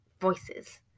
voices